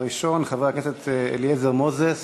הראשון, חבר הכנסת אליעזר מוזס,